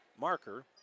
Marker